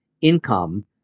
income